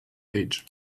age